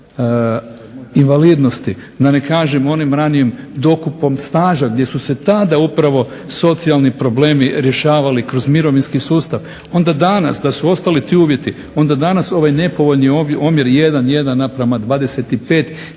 invalidnosti, da ne kažem u onom ranijem dokupom staža gdje su se tada upravo socijalni problemi rješavali kroz mirovinski sustav, onda danas da su ostali ti uvjeti onda danas ovaj nepovoljni omjer 1,